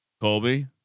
Colby